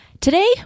Today